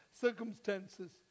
circumstances